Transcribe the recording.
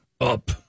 Up